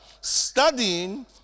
studying